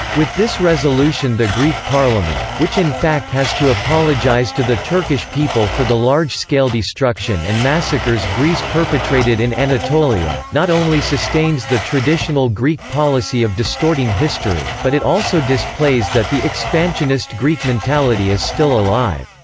with this resolution the greek parliament, which in fact has to apologize to the turkish people for the large-scale destruction and massacres greece perpetrated in anatolia, not only sustains the traditional greek policy of distorting history, but it also displays that the expansionist greek mentality is still alive,